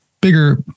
bigger